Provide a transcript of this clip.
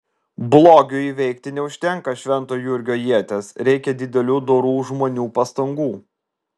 blogiui įveikti neužtenka švento jurgio ieties reikia didelių dorų žmonių pastangų